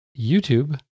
YouTube